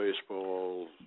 baseball